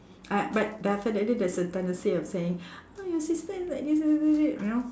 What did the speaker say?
I but definitely there's a tendency of saying !wah! your sister like this this this this you know